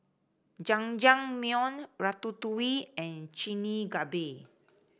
Jajangmyeon Ratatouille and Chigenabe